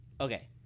okay